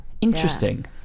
Interesting